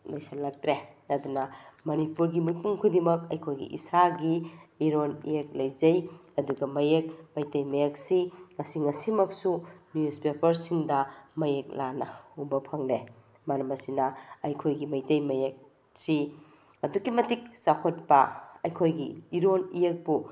ꯂꯩꯁꯤꯜꯂꯛꯇ꯭ꯔꯦ ꯑꯗꯨꯅ ꯃꯅꯤꯄꯨꯤꯔꯒꯤ ꯃꯤꯄꯨꯡ ꯈꯨꯗꯤꯡꯃꯛ ꯑꯩꯈꯣꯏꯒꯤ ꯏꯁꯥꯒꯤ ꯏꯔꯣꯜ ꯏꯌꯦꯛ ꯂꯩꯖꯩ ꯑꯗꯨꯒ ꯃꯌꯦꯛ ꯃꯩꯇꯩ ꯃꯌꯦꯛꯁꯤ ꯉꯁꯤ ꯉꯁꯤꯃꯛꯁꯨ ꯅ꯭ꯌꯨꯁꯄꯦꯄ꯭ꯔꯁꯤꯡꯗ ꯃꯌꯦꯛ ꯂꯥꯅ ꯎꯕ ꯐꯪꯂꯦ ꯃꯔꯝ ꯑꯁꯤꯅ ꯑꯩꯈꯣꯏꯒꯤ ꯃꯩꯇꯩ ꯃꯌꯦꯛꯁꯤ ꯑꯗꯨꯛꯀꯤ ꯃꯇꯤꯛ ꯆꯥꯎꯈꯠꯄ ꯑꯩꯈꯣꯏꯒꯤ ꯏꯔꯣꯜ ꯏꯌꯦꯛꯄꯨ